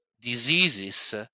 diseases